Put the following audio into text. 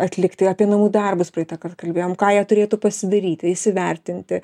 atlikti apie namų darbus praeitą kart kalbėjom ką jie turėtų pasidaryti įsivertinti